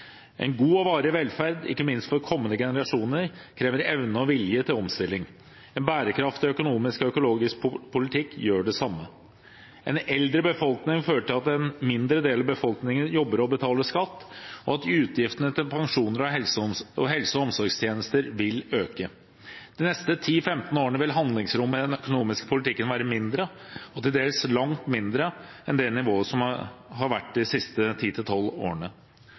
En god og varig velferd, ikke minst for kommende generasjoner, krever evne og vilje til omstilling. En bærekraftig økonomisk og økologisk politikk gjør det samme. En eldre befolkning fører til at en mindre del av befolkningen jobber og betaler skatt, og at utgiftene til pensjoner og helse- og omsorgstjenester vil øke. De neste 10–15 årene vil handlingsrommet i den økonomiske politikken være mindre og til dels langt mindre enn det nivået som har vært de siste 10–12 årene.